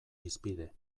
hizpide